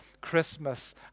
Christmas